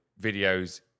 videos